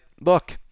look